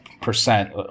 percent